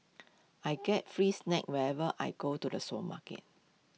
I get free snacks whenever I go to the supermarket